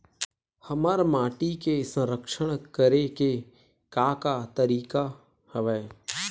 हमर माटी के संरक्षण करेके का का तरीका हवय?